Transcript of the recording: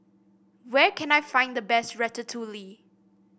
where can I find the best Ratatouille